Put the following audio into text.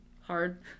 hard